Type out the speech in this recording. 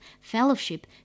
fellowship